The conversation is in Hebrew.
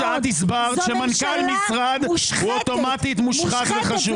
אחרי שאת הסברת שמנכ"ל משרד הוא אוטומטית מושחת וחשוד.